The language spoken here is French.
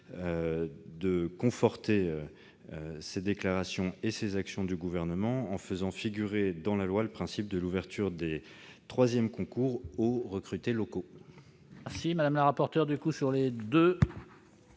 de conforter ces déclarations et ces actions du Gouvernement en faisant figurer dans la loi le principe de l'ouverture des troisièmes concours aux recrutés locaux.